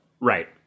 Right